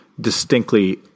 distinctly